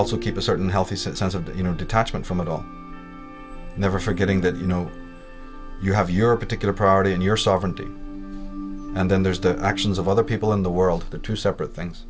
also keep a certain healthy sense of you know detachment from it all never forgetting that you know you have your particular priority and your sovereignty and then there's the actions of other people in the world are two separate things